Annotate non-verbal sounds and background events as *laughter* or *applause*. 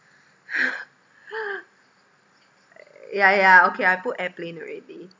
*noise* yeah yeah okay I put airplane already